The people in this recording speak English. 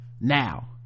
now